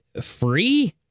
free